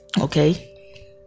Okay